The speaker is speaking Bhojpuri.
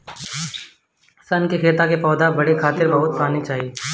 सन के पौधा के बढ़े खातिर बहुत पानी चाही